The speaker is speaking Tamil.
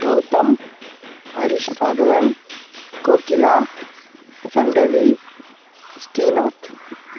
கௌதம் ஹரிஷ் ராகவன் கோகிலா சங்கவி ஸ்ரீநாத்